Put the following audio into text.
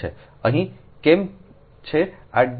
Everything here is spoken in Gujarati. અહીં કેમ છે આ 2